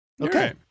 Okay